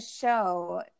show